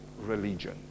religion